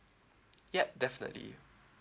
yup definitely